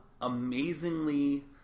amazingly